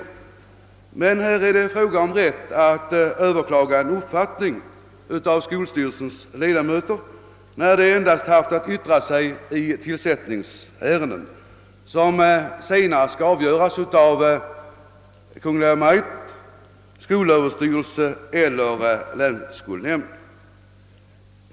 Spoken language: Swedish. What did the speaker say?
Vad det här gäller är om man skall ha rätt att överklaga en uppfattning, som en skolstyrelses ledamöter ger till känna när de endast haft att yttra sig i tillsättningsärenden, som senare skall avgöras av Kungl. Maj:t, skolöverstyrelsen eller länsskolnämnd.